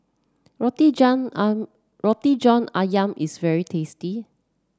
Roti John Roti John ayam is very tasty